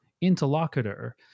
interlocutor